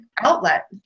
outlet